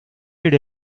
did